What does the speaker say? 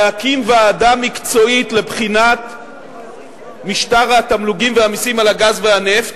להקים ועדה מקצועית לבחינת משטר התמלוגים והמסים על הגז והנפט,